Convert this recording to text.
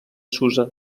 susa